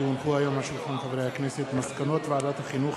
כי הונחו היום על שולחן הכנסת מסקנות ועדת החינוך,